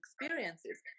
experiences